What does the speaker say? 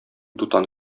дутан